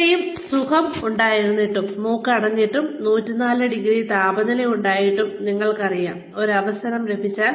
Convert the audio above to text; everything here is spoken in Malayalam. ഇത്രയും അസുഖം ഉണ്ടായിരുന്നിട്ടും മൂക്ക് അടഞ്ഞിട്ടും 104 ഡിഗ്രി താപനില ഉണ്ടായിട്ടും നിങ്ങൾക്കറിയാം ഒരു അവസരം ലഭിച്ചാൽ